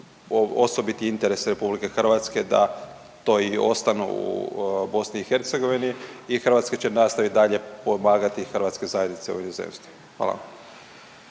osobit interes RH da to i ostanu u BiH i Hrvatska će nastaviti dalje pomagati hrvatske zajednice u inozemstvu. Hvala